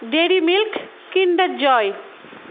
diary milk kinder joy